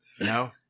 No